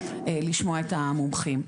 לשמוע את המומחים.